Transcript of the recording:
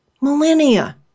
millennia